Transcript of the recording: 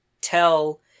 tell